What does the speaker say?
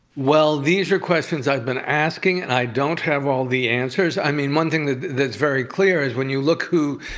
well, these are questions i've been asking, and i don't have all the answers. i mean, one thing that's very clear is when you look who